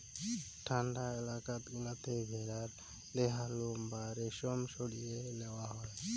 ঠান্ডা এলাকাত গুলাতে ভেড়ার দেহার লোম বা রেশম সরিয়ে লেয়া হই